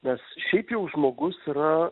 nes šiaip jau žmogus yra